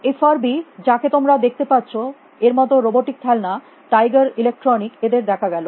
এই ফারবি যাকে তোমরা দেখতে পাচ্ছ এর মতন রোবটিক খেলনা টাইগার ইলেকট্রনিক এদের দেখা গেল